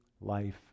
life